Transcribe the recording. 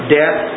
death